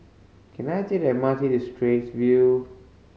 can I take the M R T to Straits View